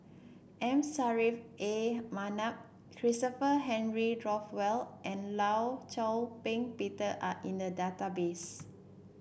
M Saffri A Manaf Christopher Henry Rothwell and Law Shau Ping Peter are in the database